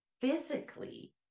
physically